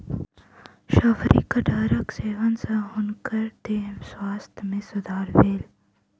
शफरी कटहरक सेवन सॅ हुनकर देहक स्वास्थ्य में सुधार भेल